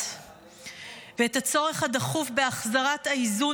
המשפט, ואת הצורך הדחוף בהחזרת האיזון